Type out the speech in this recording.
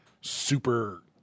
super